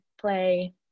play